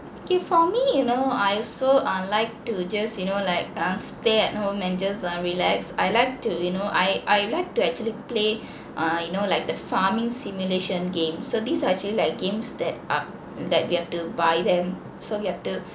okay for me you know I also err like to just you know like err stay at home and just err relax I like to you know I I like to actually play err you know like the farming simulation game so these are actually like games that uh that we have to buy them so you have to